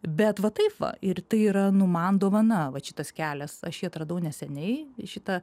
bet va taip va ir tai yranu man dovana va šitas kelias aš jį atradau neseniai šitą